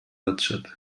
атышат